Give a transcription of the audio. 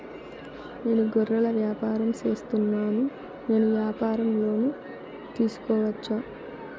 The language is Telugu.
నేను గొర్రెలు వ్యాపారం సేస్తున్నాను, నేను వ్యాపారం పైన లోను తీసుకోవచ్చా?